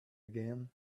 again